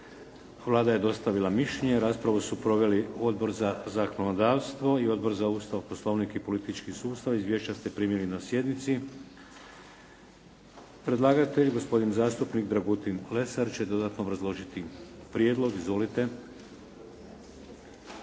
Vlada je dostavila mišljenje. Raspravu su proveli Odbor za zakonodavstvo i Odbor za Ustav, poslovnik i politički sustav. Izvješća ste primili na sjednici. Predlagatelj gospodin zastupnik Dragutin Lesar će dodatno obrazložiti prijedlog. Izvolite.